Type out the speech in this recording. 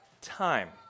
time